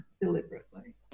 deliberately